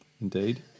Indeed